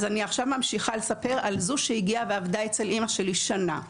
אז אני עכשיו ממשיכה לספר על זאת שהגיעה ועבדה אצל אימא שלי שנה.